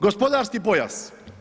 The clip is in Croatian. Gospodarski pojas.